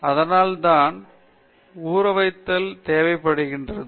எனவே அது வர வேண்டும் அதனால் அந்த ஊறவைத்தல் தேவைப்படுகிறது